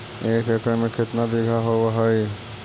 एक एकड़ में केतना बिघा होब हइ?